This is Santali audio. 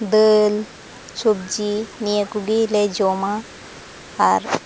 ᱫᱟᱹᱞ ᱥᱚᱵᱽᱡᱤ ᱱᱤᱭᱟᱹ ᱠᱚᱜᱤᱞᱮ ᱡᱚᱢᱟ ᱟᱨ